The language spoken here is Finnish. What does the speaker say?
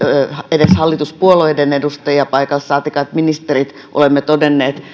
edes hallituspuolueiden edustajia paikalle saatikka että ministerit olemme todenneet